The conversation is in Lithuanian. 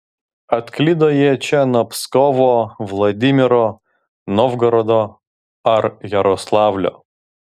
atklydo jie čia nuo pskovo vladimiro novgorodo ar jaroslavlio